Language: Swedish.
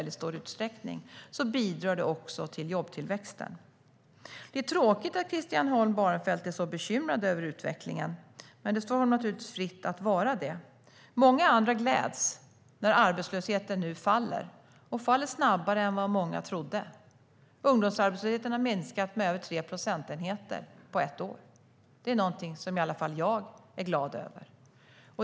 Det är tråkigt att Christian Holm Barenfeld är så bekymrad över utvecklingen, men det står honom givetvis fritt att vara det. Många andra gläds när arbetslösheten nu faller och faller snabbare än många trodde. Ungdomsarbetslösheten har minskat med över 3 procentenheter på ett år. Det är i alla fall jag glad över.